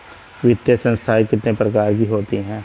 वित्तीय संस्थाएं कितने प्रकार की होती हैं?